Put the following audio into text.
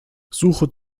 suche